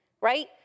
right